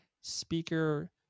speaker